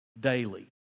daily